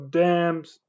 dams